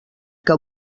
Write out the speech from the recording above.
que